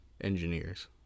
engineers